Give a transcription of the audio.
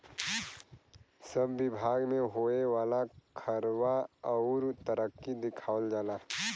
सब बिभाग मे होए वाला खर्वा अउर तरक्की दिखावल जाला